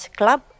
club